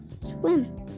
swim